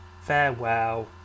farewell